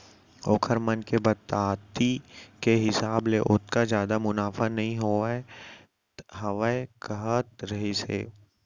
ओखर मन के बताती के हिसाब ले ओतका जादा मुनाफा नइ होवत हावय कहत रहिस हे